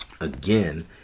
again